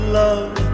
love